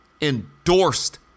endorsed